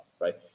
right